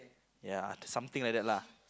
ya something like that lah